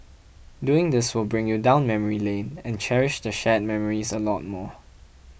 doing this will bring you down memory lane and cherish the shared memories a lot more